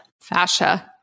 Fascia